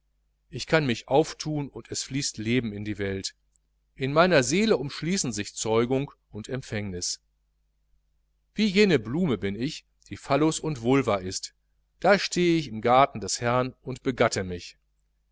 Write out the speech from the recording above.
ich kann mich aufthun und es fließt leben in die welt in meiner seele umschließen sich zeugung und empfängnis wie jene blume bin ich die phallus und vulva ist so steh ich da im garten des herrn und begatte mich